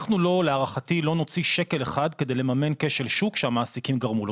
אנחנו להערכתי לא נוציא שקל אחד כדי לממן כשל שוק שהמעסיקים גרמו לו.